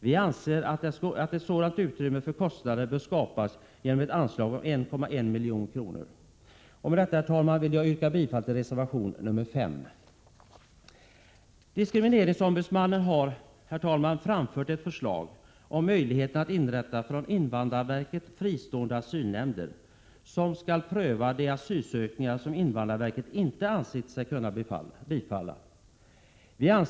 Vi anser att ett sådant utrymme för kostnader bör skapas genom ett anslag av 1,1 milj.kr. Med detta, herr talman, vill jag yrka bifall till reservation nr 5. Diskrimineringsombudsmannen har, herr talman, framfört ett förslag om möjlighet att inrätta från invandrarverket fristående asylnämnder som skall pröva de asylansökningar som invandrarverket inte ansett sig kunna bifalla.